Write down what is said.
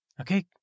Okay